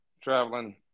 traveling